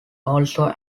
also